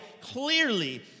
clearly